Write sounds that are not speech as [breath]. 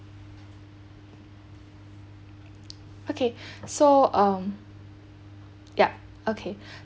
okay [breath] so um yup okay [breath]